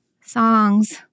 songs